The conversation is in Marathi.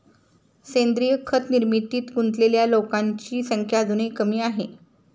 सेंद्रीय खत निर्मितीत गुंतलेल्या लोकांची संख्या अजूनही कमी आहे